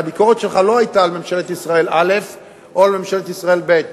הביקורת שלך לא היתה על ממשלת ישראל א' או על ממשלת ישראל ב',